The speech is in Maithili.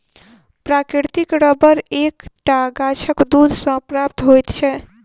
प्राकृतिक रबर एक टा गाछक दूध सॅ प्राप्त होइत छै